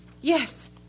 Yes